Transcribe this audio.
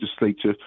Legislature